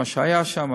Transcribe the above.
מה שהיה שם,